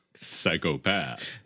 Psychopath